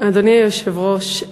אדוני היושב-ראש,